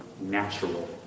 natural